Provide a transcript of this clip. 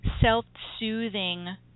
self-soothing